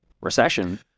recession